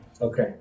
Okay